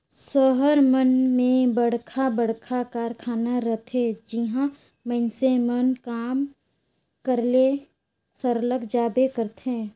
सहर मन में बड़खा बड़खा कारखाना रहथे जिहां मइनसे मन काम करे ले सरलग जाबे करथे